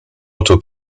otto